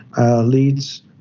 leads